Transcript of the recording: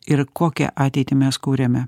ir kokią ateitį mes kuriame